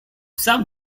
sam